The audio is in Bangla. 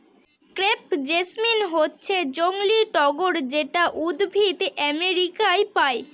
ক্রেপ জেসমিন হচ্ছে জংলী টগর যেটা উদ্ভিদ আমেরিকায় পায়